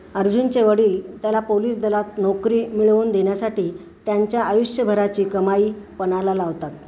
अर्जुनचे वडील त्याला पोलीस दलात नोकरी मिळवून देण्यासाठी त्यांच्या आयुष्यभराची कमाई पणाला लावतात